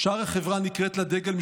הציבור העובד מתמרמר.